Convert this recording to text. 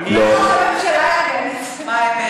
מה אתה חושב, שמה?